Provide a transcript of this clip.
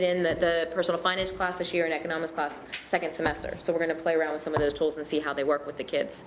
it in the personal finance class this year an economics class second semester so we're going to play around with some of those tools and see how they work with the kids